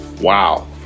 Wow